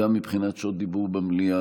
גם מבחינת שעות דיבור במליאה,